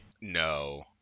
No